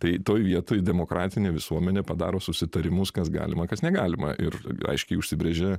tai toj vietoj demokratinė visuomenė padaro susitarimus kas galima kas negalima ir aiškiai užsibrėžia